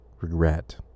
regret